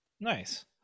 nice